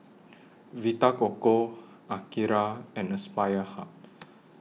Vita Coco Akira and Aspire Hub